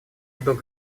вдруг